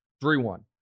three-one